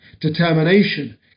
determination